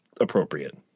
appropriate